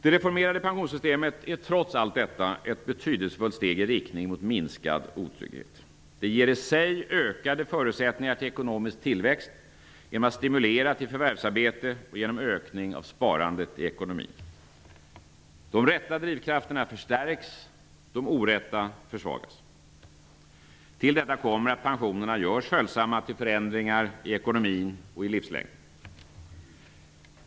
Det reformerade pensionssystemet är trots allt detta ett betydelsefullt steg i riktning mot minskad otrygghet. Det ger i sig ökade förutsättningar för ekonomisk tillväxt genom att stimulera till förvärvsarbete och genom ökning av sparandet i ekonomin. De rätta drivkrafterna förstärks och de orätta försvagas. Till detta kommer att pensionerna görs följsamma till förändringar i ekonomin och i livslängden.